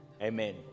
Amen